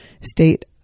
state